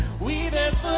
we danced